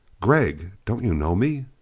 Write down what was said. gregg don't you know me?